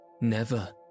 Never